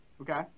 Okay